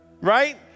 Right